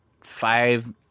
five